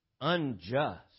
unjust